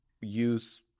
use